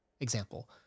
example